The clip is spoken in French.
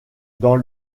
dans